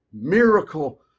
miracle